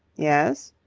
yes?